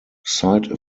side